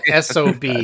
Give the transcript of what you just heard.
SOB